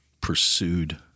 pursued